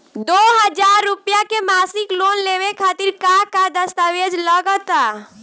दो हज़ार रुपया के मासिक लोन लेवे खातिर का का दस्तावेजऽ लग त?